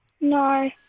No